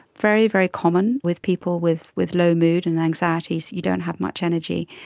very, very common with people with with low mood and anxieties, you don't have much energy.